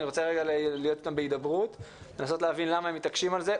אני רוצה רגע להיות איתם בהידברות ולנסות להבין למה הם מתעקשים על זה.